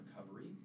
recovery